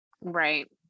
right